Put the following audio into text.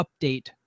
update